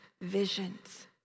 visions